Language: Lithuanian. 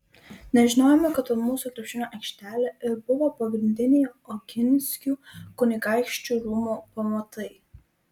nežinojome kad po mūsų krepšinio aikštele ir buvo pagrindiniai oginskių kunigaikščių rūmų pamatai